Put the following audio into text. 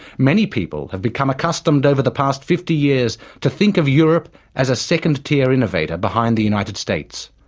many people have become accustomed over the past fifty years to think of europe as a second-tier innovator behind the united states.